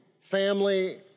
Family